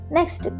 next